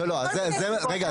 לא, לא, רגע.